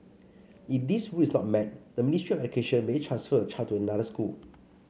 if this rule is not met the Ministry of Education may transfer your child to another school